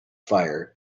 fire